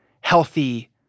healthy